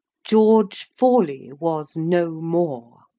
george forley was no more.